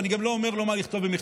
ואני גם לא אומר לו מה לכתוב במכתבים.